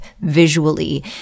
visually